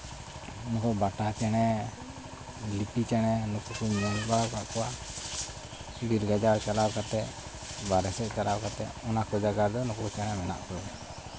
ᱩᱱᱠᱩ ᱵᱟᱴᱟ ᱪᱮᱬᱮ ᱞᱤᱯᱤ ᱪᱮᱬᱮ ᱱᱩᱠᱩ ᱠᱚᱧ ᱧᱮᱞ ᱵᱟᱲᱟ ᱠᱟᱜ ᱠᱚᱣᱟ ᱵᱤᱨ ᱜᱟᱡᱟᱲ ᱪᱟᱞᱟᱣ ᱠᱟᱛᱮᱫ ᱵᱟᱦᱨᱮ ᱥᱮᱫ ᱪᱟᱞᱟᱣ ᱠᱟᱛᱮᱫ ᱚᱱᱟ ᱠᱚ ᱡᱟᱭᱜᱟ ᱫᱚ ᱱᱩᱠᱩ ᱪᱮᱬᱮ ᱢᱮᱱᱟᱜ ᱠᱚᱣᱟ